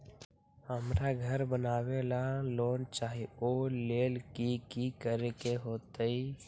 हमरा घर बनाबे ला लोन चाहि ओ लेल की की करे के होतई?